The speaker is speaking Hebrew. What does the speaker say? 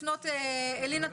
אלינה.